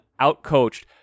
outcoached